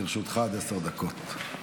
לרשותך עד עשר דקות.